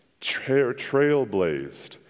trailblazed